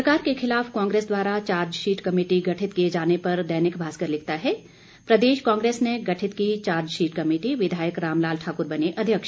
सरकार के खिलाफ कांग्रेस द्वारा चार्जशीट कमेटी गठित किये जाने पर दैनिक भास्कर लिखता है प्रदेश कांग्रेस ने गठित की चार्जशीट कमेटी विधायक रामलाल ठाक्र बने अध्यक्ष